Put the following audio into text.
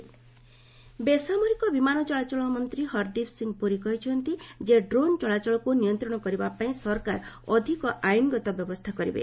Puri drones ବେସାମରିକ ବିମାନ ଚଳାଚଳ ମନ୍ତ୍ରୀ ହରଦୀପ ସିଂ ପୁରୀ କହିଛନ୍ତି ଯେ ଡ୍ରୋନ ଚଳାଚଳକୁ ନିୟନ୍ତ୍ରଣ କରିବା ପାଇଁ ସରକାର ଅଧିକ ଆଇନଗତ ବ୍ୟବସ୍ଥା କରିବେ